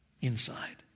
inside